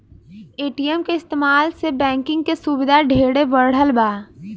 ATM के इस्तमाल से बैंकिंग के सुविधा ढेरे बढ़ल बा